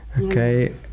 Okay